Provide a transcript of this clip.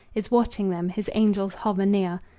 is watching them, his angels hover near.